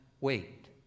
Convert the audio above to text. wait